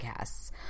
podcasts